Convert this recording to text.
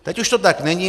Teď už to tak není.